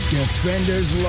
Defenders